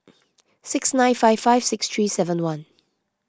six nine five five six three seven one